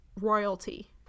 royalty